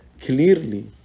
clearly